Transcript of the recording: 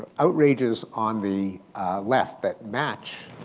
outrages on the left that match,